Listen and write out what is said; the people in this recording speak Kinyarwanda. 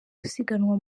gusiganwa